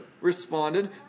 responded